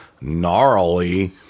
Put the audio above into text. gnarly